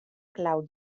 clau